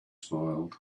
smiled